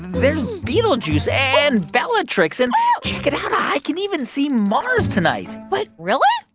there's betelgeuse and bellatrix. and check it out. i can even see mars tonight what? really?